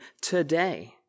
today